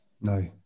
No